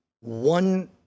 one